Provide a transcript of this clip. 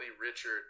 richard